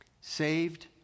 Saved